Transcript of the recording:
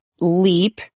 leap